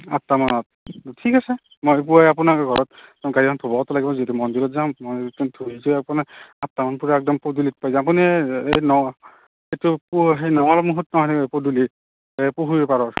আঠটামানত ঠিক আছে মই পুৱাই আপোনাৰ ঘৰত গাড়ীখন ধুবওতো লাগিব যিহেতু মন্দিৰত যাম মই আঠটামান বজাত একদম পদূলিত পাই যাম আপুনি এইটো নঙলা মুখত পদূলী এ পুখুৰী পাৰত